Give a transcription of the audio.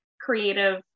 creative